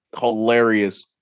hilarious